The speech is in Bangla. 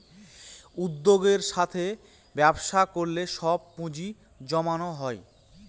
উদ্যোগের সাথে ব্যবসা করলে সব পুজিঁ জমানো হয়